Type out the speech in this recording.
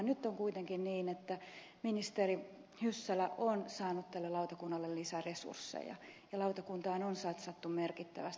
nyt on kuitenkin niin että ministeri hyssälä on saanut tälle lautakunnalle lisää resursseja ja lautakuntaan on satsattu merkittävästi